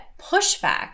pushback